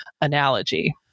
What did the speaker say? analogy